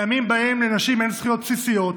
לימים שבהם לנשים אין זכויות בסיסיות,